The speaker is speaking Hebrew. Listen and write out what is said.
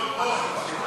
לא?